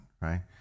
right